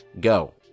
Go